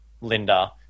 linda